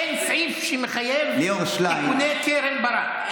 אין סעיף שמחייב תיקוני קרן ברק.